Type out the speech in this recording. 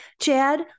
Chad